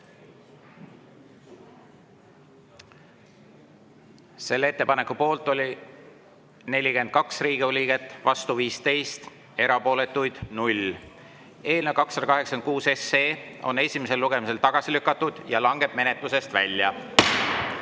Selle ettepaneku poolt oli 42 Riigikogu liiget, vastu 15 ja erapooletuid 0. Eelnõu 286 on esimesel lugemisel tagasi lükatud ja langeb menetlusest välja. Head